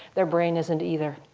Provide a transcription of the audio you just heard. their brain isn't either.